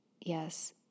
Yes